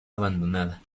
abandonada